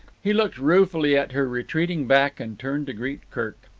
he looked ruefully at her retreating back and turned to greet kirk.